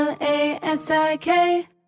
L-A-S-I-K